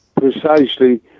Precisely